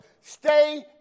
stay